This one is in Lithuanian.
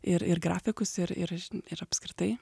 ir ir grafikus ir ir ir apskritai